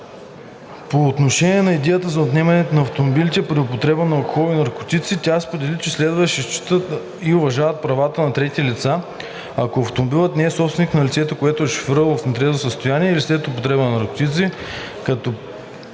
По отношение на идеята за отнемането на автомобилите при употребата на алкохол и наркотици тя сподели, че следва да се отчитат и уважават правата на трети лица, ако автомобилът не е собственост на лицето, което е шофирало в нетрезво състояние или след употреба на наркотици, като